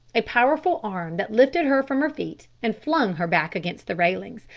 a powerful arm that lifted her from her feet and flung her back against the railings,